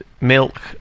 Milk